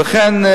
ולכן,